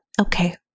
Okay